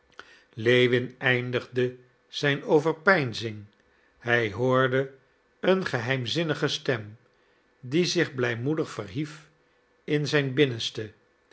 lewin eindigde zijn overpeinzing hij hoorde een geheimzinnige stem die zich blijmoedig verhief in zijn binnenste